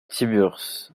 tiburce